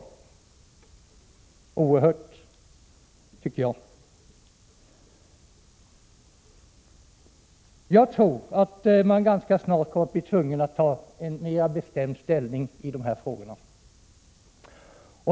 Det är oerhört, tycker jag. Jag anser att man ganska snart kommer att bli tvungen att mera bestämt ta ställning i dessa frågor.